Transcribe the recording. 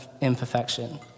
imperfection